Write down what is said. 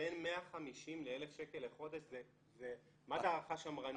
בין 150 ל-1,000 שקלים בחודש זה מה זה הערכה שמרנית.